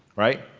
right?